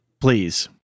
Please